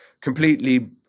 completely